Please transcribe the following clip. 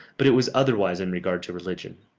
but it was otherwise in regard to religion.